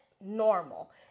normal